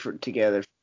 together